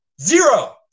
Zero